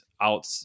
out